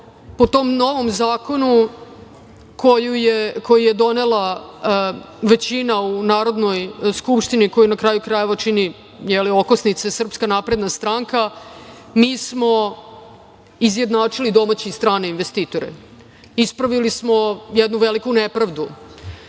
po tom novom zakonu koji je donela većina u Narodnoj skupštini, koju na kraju krajeva čini, okosnica je SNS, mi smo izjednačili domaće i strane investitore. Ispravili smo jednu veliku nepravdu.